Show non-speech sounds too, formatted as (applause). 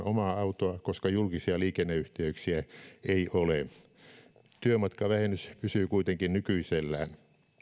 (unintelligible) omaa autoa koska julkisia liikenneyhteyksiä ei ole työmatkavähennys pysyy kuitenkin nykyisellään